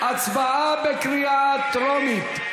ההצבעה בקריאה טרומית.